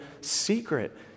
secret